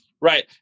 Right